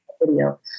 video